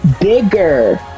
bigger